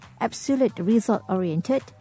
absolute-result-oriented